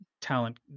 talent